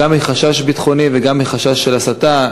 גם מחשש ביטחוני וגם מחשש של הסתה,